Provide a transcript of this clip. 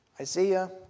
Isaiah